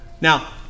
Now